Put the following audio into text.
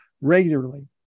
regularly